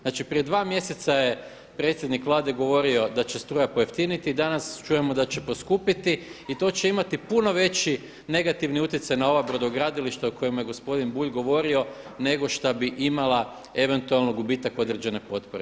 Znači prije 2 mjeseca je predsjednik Vlade govorio da će struja pojeftiniti i danas čujemo da će poskupiti i to će imati puno veći negativni utjecaj na ova brodogradilišta o kojima je gospodin Bulj govorio nego šta bi imala eventualno gubitak određene potpore.